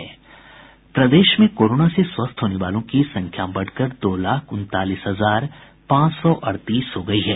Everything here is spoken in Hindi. प्रदेश में कोरोना से स्वस्थ होने वालों की संख्या बढ़कर दो लाख उनतालीस हजार पांच सौ अड़तीस हो गयी है